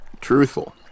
truthful